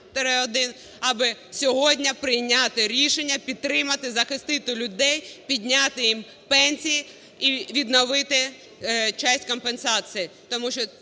аби сьогодні прийняти рішення, підтримати, захистити людей, підняти їм пенсії і відновити часть компенсації,